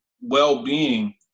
well-being